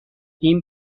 این